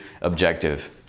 objective